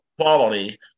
quality